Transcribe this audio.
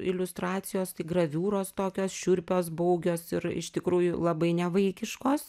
iliustracijos graviūros tokios šiurpios baugios ir iš tikrųjų labai nevaikiškos